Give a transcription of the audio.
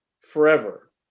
forever